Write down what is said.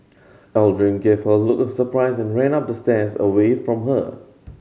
Aldrin gave her a look of surprise and ran up the stairs away from her